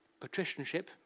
patricianship